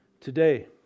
Today